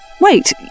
Wait